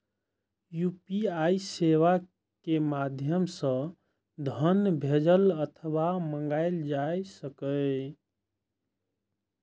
UPI सेवा के माध्यम सं धन भेजल अथवा मंगाएल जा सकैए